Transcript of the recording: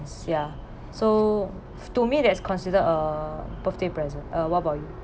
ya so to me that's considered a birthday present uh what about you